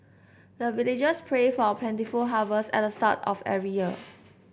the villagers pray for plentiful harvest at the start of every year